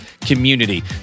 community